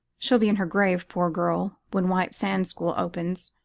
she'll be in her grave, poor girl, when white sands school opens,